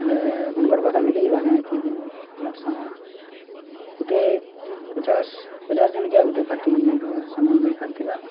ହେଲେ ଆପଣଙ୍କର ପାଖା ମିଲିଯିବା କାଏଁ ଏତିକି ମୋର ସାମାନ ଗୋଟେ ପଚାଶ ପଚାଶ ଜଣକିଆ ଗୋଟେ ପାର୍ଟିର ସାମାନ ଦରକାର ଥିଲା